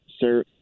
sir